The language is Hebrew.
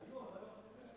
היו חברי כנסת.